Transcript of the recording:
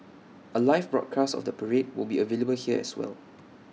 A live broadcast of the parade will be available here as well